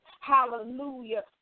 hallelujah